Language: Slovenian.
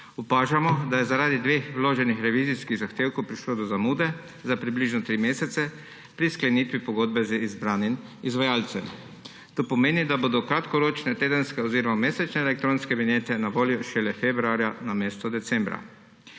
Opažamo, da je zaradi dveh vloženih revizijskih zahtevkov prišlo do zamude za približno tri mesece pri sklenitvi pogodbe z izbranim izvajalcem. To pomeni, da bodo kratkoročne tedenske oziroma mesečne elektronske vinjete na voljo šele februarja namesto decembra.